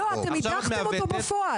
לא, אתם הדחתם אותו בפועל.